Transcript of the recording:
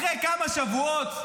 אחרי כמה שבועות,